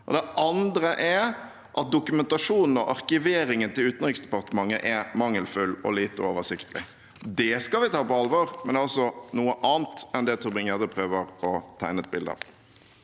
Det andre er at dokumentasjonen og arkiveringen til Utenriksdepartementet er mangelfull og lite oversiktlig. Det skal vi ta på alvor, men det er altså noe annet enn det Tybring-Gjedde prøver å tegne et bilde av.